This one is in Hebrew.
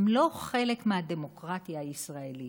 הם לא חלק מהדמוקרטיה הישראלית.